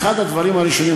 אחד הדברים הראשונים,